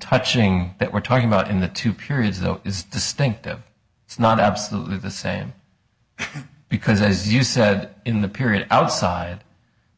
touching that we're talking about in the two periods though is distinctive it's not absolutely the same because as you said in the period outside